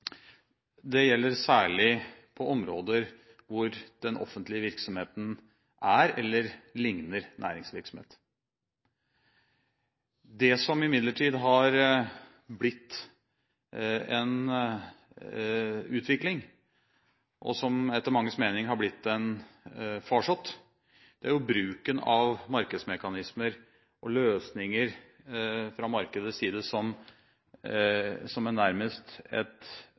Det gjelder særlig på områder hvor den offentlige virksomheten er, eller ligner, næringsvirksomhet. Det som imidlertid har blitt en utvikling, og som etter manges mening har blitt en farsott, er bruken av markedsmekanismer og løsninger fra markedets side nærmest som